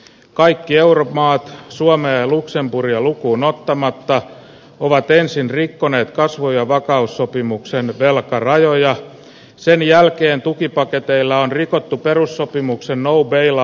kaikki euro maat suomea luxemburgia lukuunottamatta ovat peräisin rikkoneet kasvu ja vakaussopimuksen telakkarajoja sen jälkeen tukipaketeilla on rikottu perussopimuksena upeilla